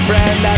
Friend